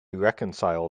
reconcile